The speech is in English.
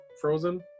Frozen